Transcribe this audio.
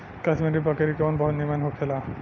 कश्मीरी बकरी के ऊन बहुत निमन होखेला